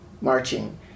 marching